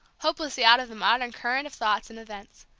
hopelessly out of the modern current of thoughts and events.